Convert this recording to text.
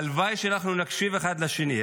הלוואי שנקשיב אחד לשני.